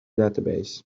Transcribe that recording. database